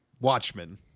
Watchmen